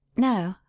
no,